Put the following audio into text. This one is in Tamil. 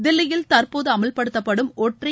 தில்லியில் தற்போது அமல்படுத்தப்படும் ஒற்றை